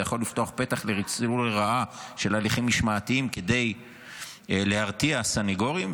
זה יכול לפתוח פתח לניצול לרעה של הליכים משמעתיים כדי להרתיע סנגורים,